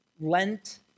Lent